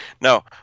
No